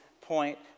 point